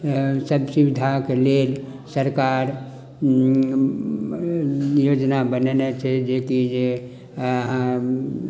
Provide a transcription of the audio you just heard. सब सुविधाक लेल सरकार योजना बनेने छै जेकि